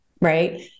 right